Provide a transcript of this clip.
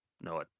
no